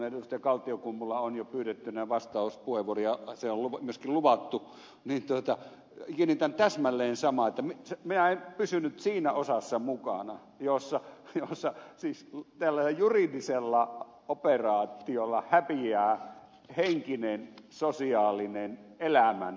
kaltiokummulla on jo pyydettynä vastauspuheenvuoro ja se on myöskin luvattu niin kiinnitän täsmälleen samaan huomiota että minä en pysynyt siinä osassa mukana jossa siis tällä juridisella operaatiolla häviää henkinen sosiaalinen elämänsuhde